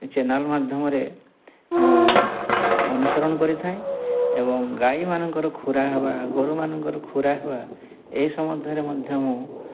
channel ମାଧ୍ୟମରେ ମୁଁ ଅନୁସରଣ କରିଥାଏ ଏବଂ ଗାଈମାନଙ୍କର ଖୁରା ହେବା ଗୋରୁମାନଙ୍କର ଖୁରା ହେବା ଏହି ସମ୍ବନ୍ଧରେ ମଧ୍ୟ ମୁଁ